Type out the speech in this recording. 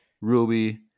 Ruby